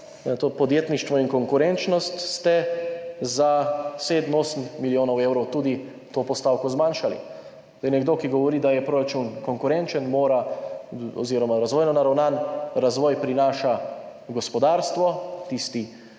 to podjetništvo in konkurenčnost, ste za 7, 8 milijonov evrov tudi to postavko zmanjšali. Nekdo, ki govori, da je proračun konkurenčen oziroma razvojno naravnan, razvoj prinaša v gospodarstvo, tisti